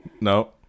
No